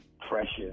precious